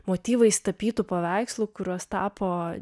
motyvais tapytų paveikslų kuriuos tapo